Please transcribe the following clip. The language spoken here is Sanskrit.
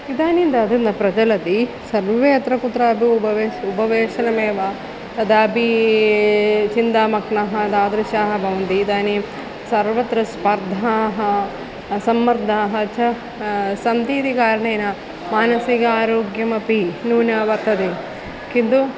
इदानीं तत् न प्रचलति सर्वे अत्र कुत्रापि उपविश्य उपवेशनमेव तदापि चिन्ता मग्नः तादृशाः भवन्ति इदानीं सर्वत्र स्पर्धाः सम्मर्दाः च सन्ति इति कारणेन मानसिकारोग्यमपि नूना वर्तते किन्तु